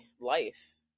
life